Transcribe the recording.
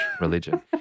religion